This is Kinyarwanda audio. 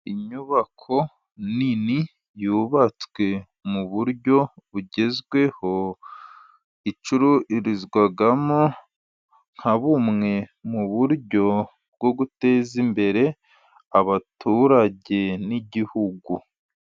Inyubako nini yubatswe mu buryo bugezweho icururizwamo, nka bumwe mu buryo bwo guteza imbere abaturage n'igihugu.